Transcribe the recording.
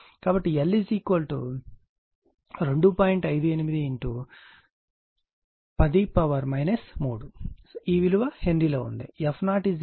ఇప్పుడు XL Lω అని మనకు తెలుసు కాబట్టి L 2